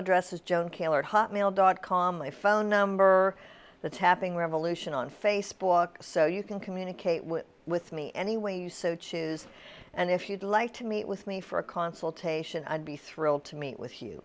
address is joan keller at hotmail dot com my phone number the tapping revolution on facebook so you can communicate with me any way you so choose and if you'd like to meet with me for a consultation i'd be thrilled to meet with you